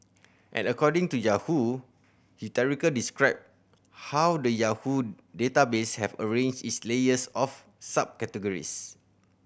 and according to Yahoo described how the Yahoo database have arranged its layers of subcategories